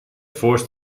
forced